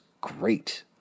great